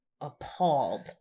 appalled